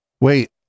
Wait